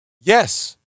yes